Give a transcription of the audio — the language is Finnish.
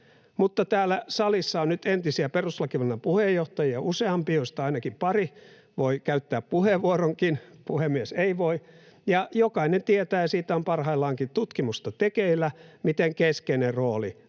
Mutta täällä salissa on nyt entisiä perustuslakivaliokunnan puheenjohtajia useampia, joista ainakin pari voi käyttää puheenvuoronkin — puhemies ei voi — ja jokainen tietää ja siitä on parhaillaankin tutkimusta tekeillä, miten keskeinen rooli